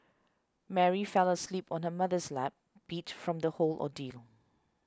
Mary fell asleep on her mother's lap beat from the whole ordeal